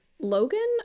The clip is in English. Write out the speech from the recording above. Logan